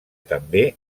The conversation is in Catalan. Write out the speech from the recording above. també